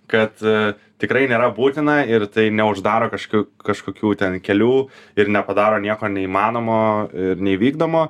kad tikrai nėra būtina ir tai neuždaro kažkokių kažkokių ten kelių ir nepadaro nieko neįmanomo ir neįvykdomo